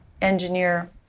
engineer